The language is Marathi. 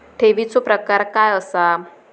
ठेवीचो प्रकार काय असा?